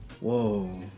Whoa